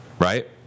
right